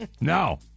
No